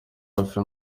hafi